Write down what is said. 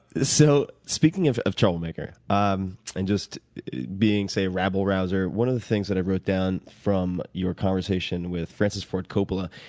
so speaking of of troublemaker um and just being a rabble rouser, one of the things and i wrote down from your conversation with frances ford coppola,